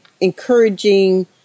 encouraging